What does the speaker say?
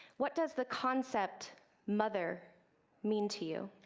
what does the concept mother mean to you?